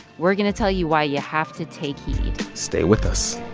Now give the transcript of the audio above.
we're going to tell you why you have to take heed stay with us